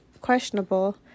questionable